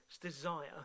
desire